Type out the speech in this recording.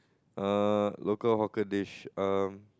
err local hawker dish um